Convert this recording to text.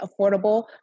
affordable